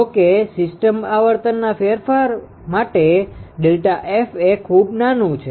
જોકે સિસ્ટમ આવર્તનના નાના ફેરફારો માટે ΔF એ ખુબ નાનું છે